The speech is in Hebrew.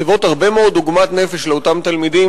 הן מסבות הרבה מאוד עוגמת נפש לאותם תלמידים